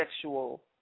sexual